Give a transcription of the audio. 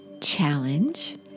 challenge